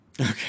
okay